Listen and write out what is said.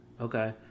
okay